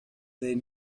they